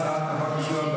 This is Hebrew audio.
אתה מתנגד להצבעה עכשיו?